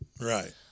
Right